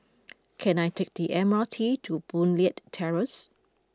can I take the M R T to Boon Leat Terrace